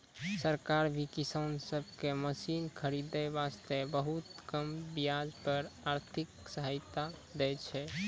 सरकार भी किसान सब कॅ मशीन खरीदै वास्तॅ बहुत कम ब्याज पर आर्थिक सहायता दै छै